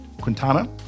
Quintana